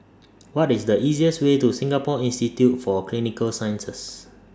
What IS The easiest Way to Singapore Institute For Clinical Sciences